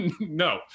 no